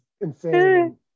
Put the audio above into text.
insane